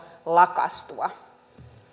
lakastua